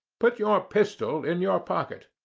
put your pistol in your pocket.